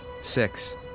Six